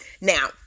Now